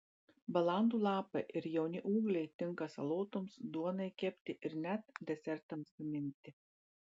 balandų lapai ir jauni ūgliai tinka salotoms duonai kepti ir net desertams gaminti